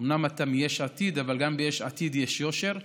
אומנם אתה מיש עתיד, אבל גם ביש עתיד יש יושר.